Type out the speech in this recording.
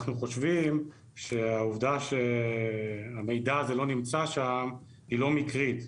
אנחנו חושבים שהעובדה שהמידע הזה לא נמצא שם היא לא מקרית.